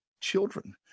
children